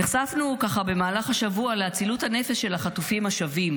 נחשפנו במהלך השבוע לאצילות הנפש של החטופים השבים.